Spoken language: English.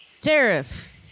Tariff